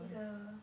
it's a